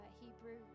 Hebrew